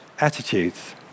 attitudes